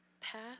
path